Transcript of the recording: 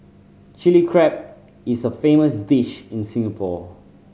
Chilli Crab is a famous dish in Singapore